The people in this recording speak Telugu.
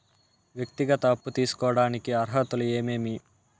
వ్యక్తిగత అప్పు తీసుకోడానికి అర్హతలు ఏమేమి